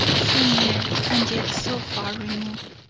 so near and yet so far removed,